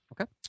Okay